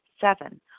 Seven